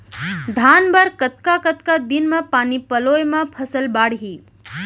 धान बर कतका कतका दिन म पानी पलोय म फसल बाड़ही?